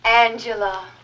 Angela